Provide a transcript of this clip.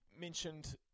mentioned